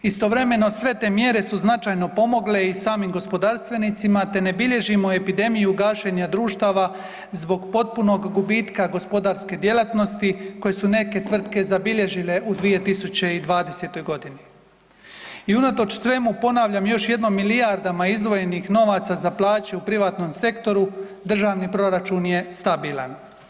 Istovremeno sve te mjere su značajno pomogle i samim gospodarstvenicima, te ne bilježimo epidemiju gašenja društava zbog potpunog gubitka gospodarske djelatnosti koje su neke tvrtke zabilježile u 2020.g. I unatoč svemu, ponavljam još jednom, milijardama izdvojenih novaca za plaće u privatnom sektoru državni proračun je stabilan.